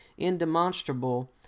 indemonstrable